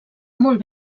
molt